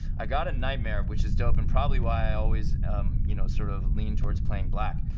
i got a nightmare, which is to open, probably why i always um you know sort of lean towards playing black,